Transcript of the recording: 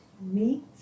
meat